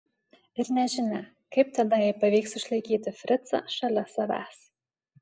ir nežinia kaip tada jai pavyks išlaikyti fricą šalia savęs